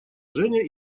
женя